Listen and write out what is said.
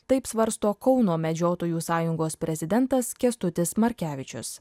taip svarsto kauno medžiotojų sąjungos prezidentas kęstutis markevičius